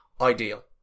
ideal